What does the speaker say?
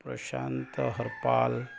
Prashant Harpal